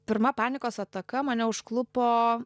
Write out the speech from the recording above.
pirma panikos ataka mane užklupo